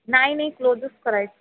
नाही नाही क्लोजच करायचं